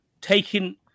taking